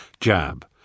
Jab